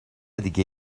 دیگه